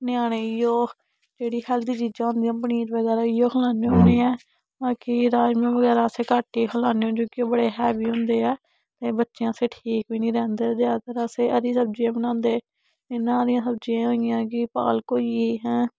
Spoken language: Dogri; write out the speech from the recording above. न्यानें गी ओह् जेह्डी हैल्दी चीजां होंदियां पनीर बगैरा ओइयो खलाने होन्ने आं बाकी राजमां बगैरा अस घट्ट ही खलाने होन्ने क्योंकि ओह् बड़े हैवी होंदे ऐ ते बच्चें आस्तै ठीक बी नी रैंह्दे ते अगर अस हरी सब्जियां बनांदे इ'यां हरी सब्जियां होई गेइयां कि पालक होई गेई ऐ